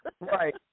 Right